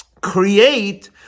create